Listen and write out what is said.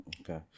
Okay